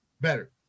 better